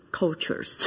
cultures